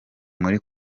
muri